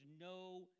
no